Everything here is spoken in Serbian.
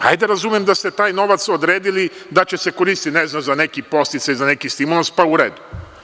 Hajde, razumem da ste taj novac odredili da će se koristiti ne znam za neki podsticaj, za neki stimulans, pa u redu.